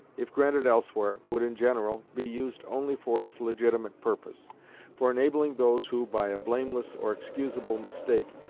if granted elsewhere, would in general be used only for its legitimate purpose for enabling those who, by a blameless or excusable mistake,